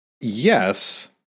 Yes